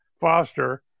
Foster